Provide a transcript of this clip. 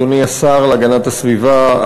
אדוני השר להגנת הסביבה,